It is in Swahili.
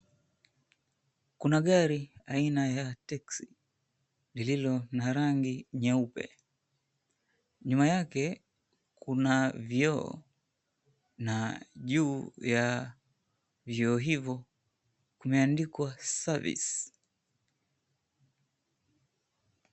Kuna gari aina ya teksi, lililo na rangi nyeupe. Nyuma yake, kuna vioo na juu ya vioo hivyo kumeandikwa, Service .